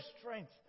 strength